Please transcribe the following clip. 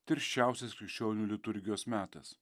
tirščiausias krikščionių liturgijos metas